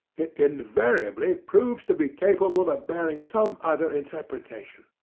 it invariably proves to be capable of bearing some other interpretation.